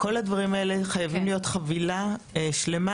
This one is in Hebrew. אז כל הדברים האלה חייבים להיות כחבילה שלמה